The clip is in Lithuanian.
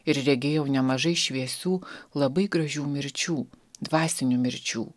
ir regėjau nemažai šviesių labai gražių mirčių dvasinių mirčių